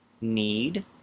need